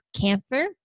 cancer